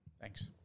Thanks